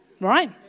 right